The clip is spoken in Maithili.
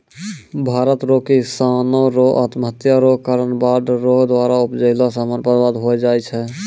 भारत रो किसानो रो आत्महत्या रो कारण बाढ़ रो द्वारा उपजैलो समान बर्बाद होय जाय छै